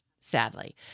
sadly